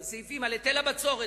על היטל הבצורת,